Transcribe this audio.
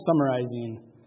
summarizing